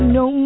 no